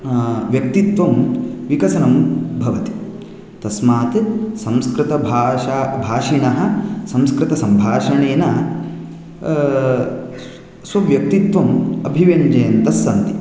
व्यक्तित्वं विकसनं भवति तस्मात् संस्कृतभाषा भाषिणः संस्कृतसम्भाषणेन स् स्वव्यक्तित्वं अभिव्यञ्जयन्तस्सन्ति